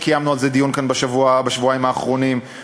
שקיימנו עליו דיון כאן בשבוע-שבועיים האחרונים,